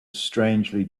strangely